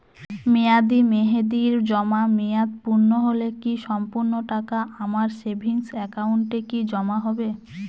মেয়াদী মেহেদির জমা মেয়াদ পূর্ণ হলে কি সম্পূর্ণ টাকা আমার সেভিংস একাউন্টে কি জমা হবে?